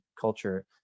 culture